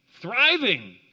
thriving